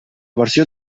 versió